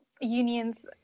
unions